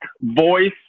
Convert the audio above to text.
voice